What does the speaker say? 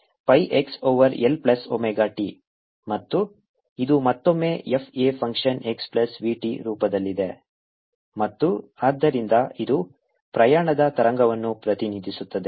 eiπxLeiωt ei πxLωt ಮತ್ತು ಇದು ಮತ್ತೊಮ್ಮೆ f a function x plus v t ರೂಪದಲ್ಲಿದೆ ಮತ್ತು ಆದ್ದರಿಂದ ಇದು ಪ್ರಯಾಣದ ತರಂಗವನ್ನು ಪ್ರತಿನಿಧಿಸುತ್ತದೆ